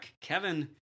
Kevin